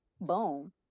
Boom